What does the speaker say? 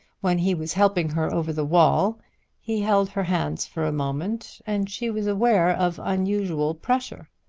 when he was helping her over the wall he held her hands for a moment and she was aware of unusual pressure.